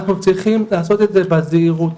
אנחנו צריכים לעשות את זה בזהירות,